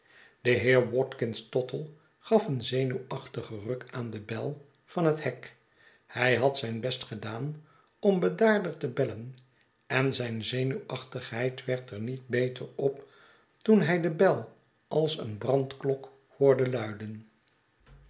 de heer watkins tottle gaf een zenuwachtigen ruk aan de bel van het hek hij had zijn best gedaan om bedaarder te bellen en zijn zenuwachtigheid werd er niet beter op toen hij de bel als een brandklok hoorde luiden